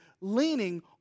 leaning